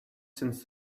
since